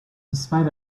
spite